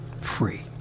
free